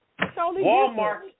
Walmart